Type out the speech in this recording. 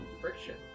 friction